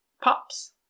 Pops